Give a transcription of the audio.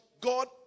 God